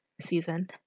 season